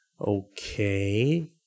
okay